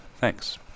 Thanks